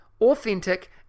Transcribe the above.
authentic